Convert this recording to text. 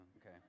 okay